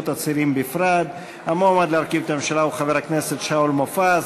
בממשלה לא נתקבלה.